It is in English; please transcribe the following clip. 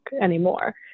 anymore